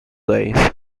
days